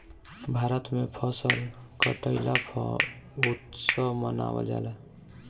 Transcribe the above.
भारत में फसल कटईला पअ उत्सव मनावल जाला